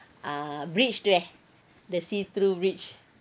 ah bridge there the see through bridge